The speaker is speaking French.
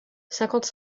cinquante